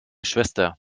schwester